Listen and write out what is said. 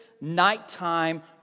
nighttime